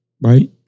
Right